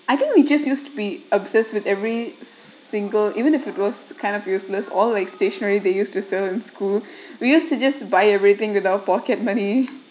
I think we just used to be obsessed with every single even if it was kind of useless all like stationery they use to sell in school we used to just buy everything with our pocket money